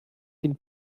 den